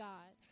God